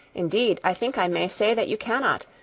indeed, i think i may say that you cannot,